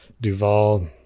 Duvall